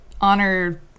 honor